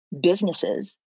businesses